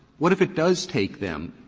what if it does take them,